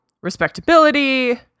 respectability